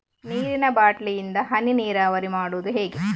ನೀರಿನಾ ಬಾಟ್ಲಿ ಇಂದ ಹನಿ ನೀರಾವರಿ ಮಾಡುದು ಹೇಗೆ?